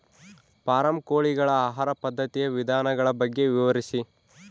Form ಕೋಳಿಗಳ ಆಹಾರ ಪದ್ಧತಿಯ ವಿಧಾನಗಳ ಬಗ್ಗೆ ವಿವರಿಸಿ?